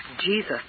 Jesus